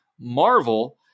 marvel